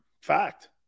Fact